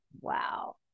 Wow